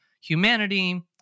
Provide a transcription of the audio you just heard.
humanity